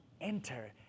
enter